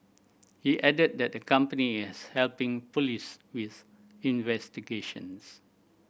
he added that the company is helping police with investigations